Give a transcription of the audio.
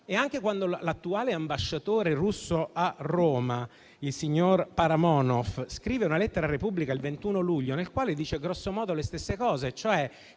Anche quando l'attuale ambasciatore russo a Roma, il signor Paramonov, scrive una lettera a «la Repubblica» il 21 luglio, dicendo grosso modo le stesse cose, cioè che